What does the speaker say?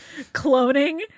cloning